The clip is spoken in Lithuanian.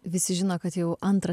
visi žino kad jau antrą